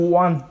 one